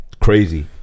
crazy